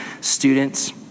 students